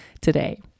today